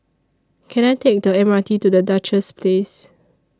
Can I Take The M R T to The Duchess Place